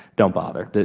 don't bother.